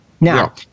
Now